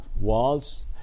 walls